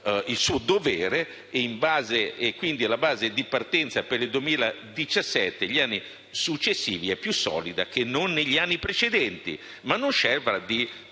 il suo dovere, quindi la base di partenza per il 2017 e gli anni successivi è più solida che non negli anni precedenti, ma non scevra da